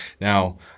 Now